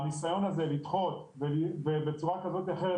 הניסיון הזה לדחות ובצורה כזו או אחרת